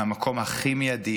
מהמקום הכי מיידי